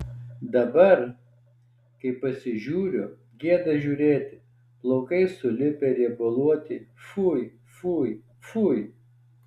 dabar kai pasižiūriu gėda žiūrėti plaukai sulipę riebaluoti fui fui fui